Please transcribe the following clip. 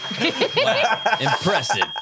Impressive